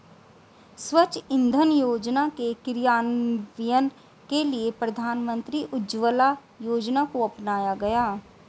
स्वच्छ इंधन योजना के क्रियान्वयन के लिए प्रधानमंत्री उज्ज्वला योजना को अपनाया गया